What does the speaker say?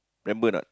remember a not